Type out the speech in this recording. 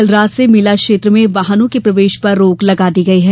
कल रात से मेला क्षेत्र में वाहनों के प्रवेश पर रोक लगा दी गई है